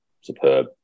superb